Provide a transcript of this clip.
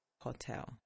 hotel